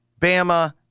Bama